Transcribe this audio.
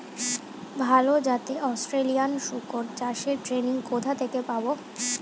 ভালো জাতে অস্ট্রেলিয়ান শুকর চাষের ট্রেনিং কোথা থেকে পাব?